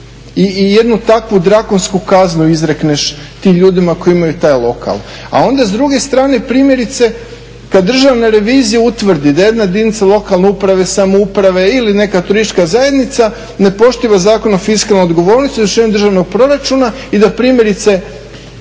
i jednu takvu drakonsku kaznu izrekneš tim ljudima koji imaju taj lokal. A onda s druge strane primjerice kada Državna revizija utvrdi da jedna jedinice lokalne samouprave, uprave ili neka turistička zajednica ne poštiva Zakon o fiskalnoj odgovornosti o izvršenju državnog proračuna i da primjerice